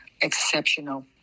exceptional